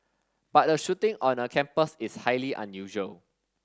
but a shooting on a campus is highly unusual